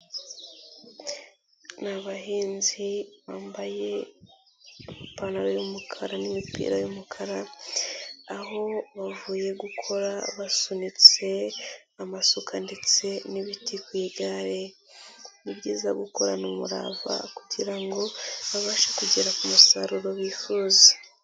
Ni abahinzi bambaye ipantaro y'umukara n'imipira y'umukara, aho bavuye gukora basunitse amasuka ndetse n'ibiti ku igare, ni byiza gukorana umurava kugira ngo babashe kugera ku musaruro bifuza.